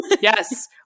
Yes